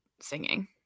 singing